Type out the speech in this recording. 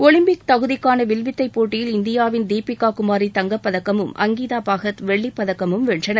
Olympic தகுதிக்கான வில்வித்தை போட்டியில் இந்தியாவின் தீபிகா குமாரி தங்கப்பதக்கமும் அங்கிதா பகத் வெள்ளிப்பதக்கமும் வென்றனர்